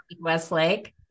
Westlake